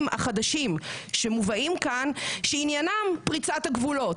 החדשים שמובאים כאן שעניינם פריצת הגבולות.